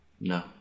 No